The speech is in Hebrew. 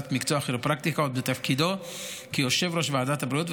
מקצוע הכירופרקטיקה עוד בתפקידו כיושב-ראש ועדת הבריאות,